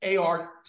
AR